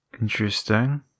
Interesting